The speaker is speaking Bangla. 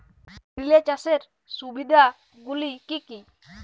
রিলে চাষের সুবিধা গুলি কি কি?